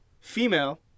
Female